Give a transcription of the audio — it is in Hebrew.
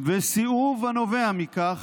וסיאוב הנובע מכך,